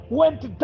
went